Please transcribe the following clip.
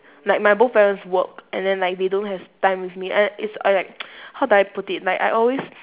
like my both parents work and then like they don't have time with me and then it's I like how do I put it like I always